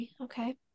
Okay